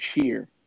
Cheer